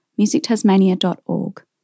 musictasmania.org